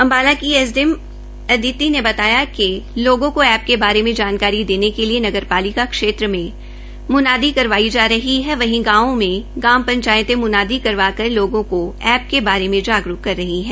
अम्बाला की एसडीएम अदीति ने बताया कि लोगों को एप्प के बारे में जानकारी देने के लिए नगरपालिका क्षेत्र में मुनादी करवाई जा रही है वहीं गांवों में ग्राम पंचायतों मुनायदी करवाकर लोगों को एप्प के बारे में जागरूक कर रही है